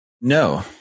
no